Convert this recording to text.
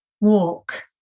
walk